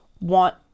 want